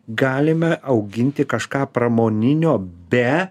galime auginti kažką pramoninio be